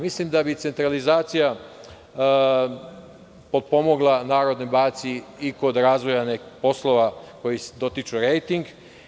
Mislim da bi centralizacija potpomogla Narodnoj banci i kod razvoja nekih poslova koji dotiču rejting.